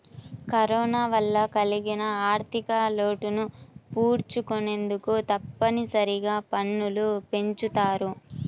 corona వల్ల కలిగిన ఆర్ధికలోటును పూడ్చుకొనేందుకు తప్పనిసరిగా పన్నులు పెంచుతారు